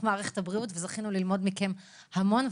מערכת הבריאות וזכינו ללמוד מכם המון,